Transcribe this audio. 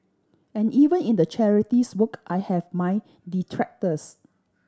and even in the charities work I have my detractors